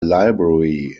library